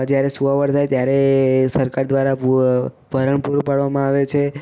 જ્યારે સુવાવડ થાય ત્યારે એ સરકાર દ્વારા ભરણ પૂરું પાડવામાં આવે છે